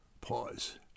Pause